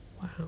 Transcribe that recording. Wow